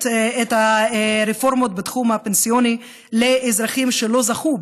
את הרפורמות בתחום הפנסיוני לאזרחים שלא זכו,